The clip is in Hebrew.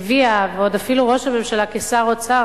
ואפילו ראש הממשלה כשר אוצר,